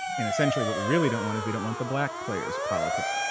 and essentially what we really don't want is we don't want the black players' politics.